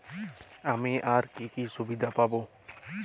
আমি আর কি কি সুবিধা পাব?